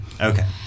Okay